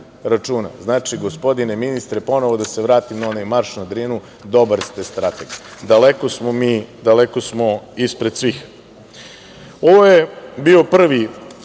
računa. Znači, gospodine ministre, ponovo da se vratim na onaj „Marš na Drinu“ dobar ste strateg. Daleko smo mi ispred svih. Ovo je bio prvi